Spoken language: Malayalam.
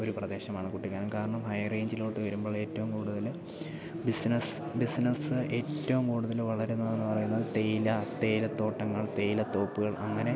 ഒരു പ്രദേശമാണ് കുട്ടിക്കാനം കാരണം ഹൈ റേഞ്ചിലോട്ട് വരുമ്പോൾ ഏറ്റവും കൂടുതൽ ബിസിനസ്സ് ബിസിനസ്സ് ഏറ്റവും കൂടുതൽ വളരുന്നതെന്ന് പറയുന്നത് തേയില തേയിലത്തോട്ടങ്ങൾ തേയില തോപ്പുകൾ അങ്ങനെ